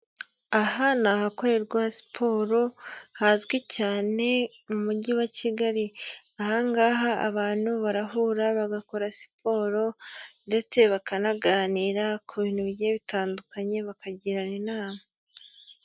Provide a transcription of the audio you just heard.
Aha ni ahakorerwa siporo hazwi cyane mu Mujyi wa Kigali, aha ngaha abantu barahura bagakora siporo ndetse bakanaganira ku bintu bigiye bitandukanye, bakagirana inama.